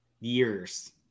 years